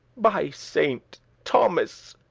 by saint thomas!